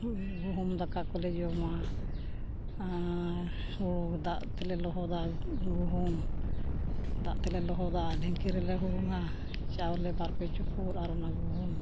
ᱜᱩᱦᱩᱢ ᱫᱟᱠᱟ ᱠᱚᱞᱮ ᱡᱚᱢᱟ ᱦᱩᱲᱩ ᱫᱟᱜ ᱛᱮᱞᱮ ᱞᱚᱦᱚᱫᱟ ᱜᱩᱦᱩᱢ ᱫᱟᱜ ᱛᱮᱞᱮ ᱞᱚᱦᱚᱫᱟ ᱰᱷᱤᱝᱠᱤ ᱨᱮᱞᱮ ᱦᱩᱲᱩᱝᱼᱟ ᱪᱟᱣᱞᱮ ᱵᱟᱨᱯᱮ ᱪᱩᱯᱩᱫ ᱟᱨ ᱚᱱᱟ ᱜᱩᱦᱩᱢ